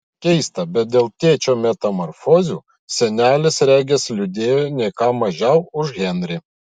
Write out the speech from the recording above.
keista bet dėl tėčio metamorfozių senelis regis liūdėjo ne ką mažiau už henrį